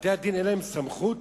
בתי-הדין אין להם סמכות?